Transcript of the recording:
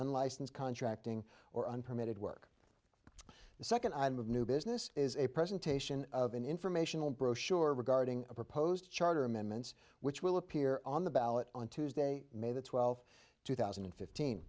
unlicensed contracting or unpermitted work the second item of new business is a presentation of an informational brochure regarding a proposed charter amendments which will appear on the ballot on tuesday may the twelfth two thousand and